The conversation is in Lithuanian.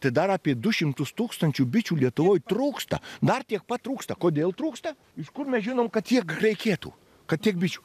tai dar apie du šimtus tūkstančių bičių lietuvoj trūksta dar tiek pat trūksta kodėl trūksta iš kur mes žinom kad tiek reikėtų kad tiek bičių